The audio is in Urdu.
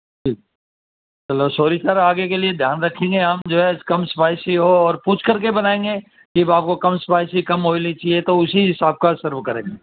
ٹھیک چلو سوری سر آگے کے لیے دھیان رکھیں گے ہم جو ہے کم اسپائسی ہو اور پوچھ کر کے بنائیں گے کہ آپ کو کم اسپائسی کم آئلی چاہیے تو اسی حساب کا سرو کریں گے